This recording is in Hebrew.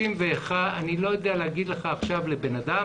אני לא יודע לומר לך עכשיו לבן אדם